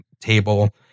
table